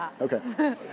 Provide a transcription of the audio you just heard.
okay